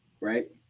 right